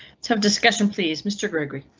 some discussion please mr gregory.